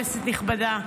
כנסת נכבדה,